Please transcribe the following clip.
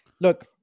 look